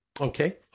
Okay